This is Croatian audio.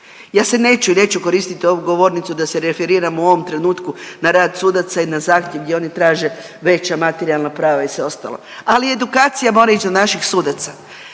Ja se neću i neću koristiti ovu govornicu da se referiram u ovom trenutku na rad sudaca i na zahtjev gdje oni traže veća materijalna prava i sve ostalo, ali edukacija mora ići do naših sudaca.